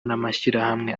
n’amashyirahamwe